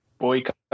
boycott